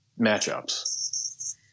matchups